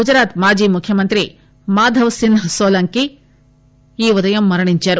గుజరాత్ మాజీ ముఖ్యమంత్రి మాధవ్ సిన్హ్ నోలంకి ఈ ఉదయం మరణించారు